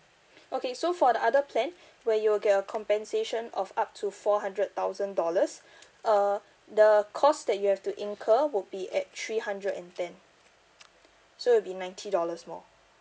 okay so for the other plan where you will get a compensation of up to four hundred thousand dollars uh the cost that you have to incur would be at three hundred and ten so it will be ninety dollars more